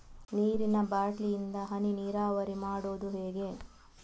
ನೀರಿನಾ ಬಾಟ್ಲಿ ಇಂದ ಹನಿ ನೀರಾವರಿ ಮಾಡುದು ಹೇಗೆ?